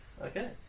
Okay